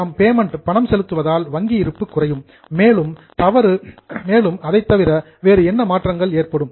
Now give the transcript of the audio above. நாம் பேமெண்ட் பணம் செலுத்துவதால் வங்கி இருப்பு குறையும் மேலும் வேறு என்ன மாற்றங்கள் ஏற்படும்